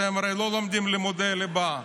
אתם הרי לא לומדים לימודי ליבה,